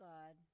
God